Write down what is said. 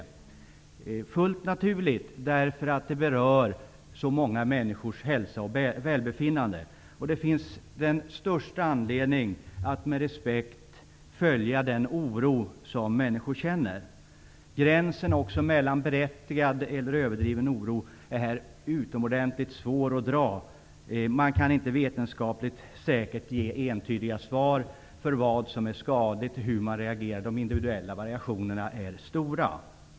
Det är fullt naturligt eftersom frågan berör så många människors hälsa och välbefinnande. Det finns den största anledning att med respekt följa den oro som människor känner. Gränsen mellan berättigad och överdriven oro är utomordentligt svår att dra. Det går inte att ge vetenskapligt entydiga svar på vad som är skadligt och hur man reagerar. De individuella variationerna är stora.